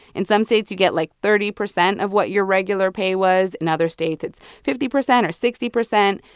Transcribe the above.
in some states, you get, like, thirty percent of what your regular pay was. in other states, it's fifty percent or sixty percent.